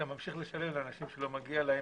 וממשיך לשלם לאנשים שלא מגיע להם?